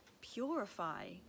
purify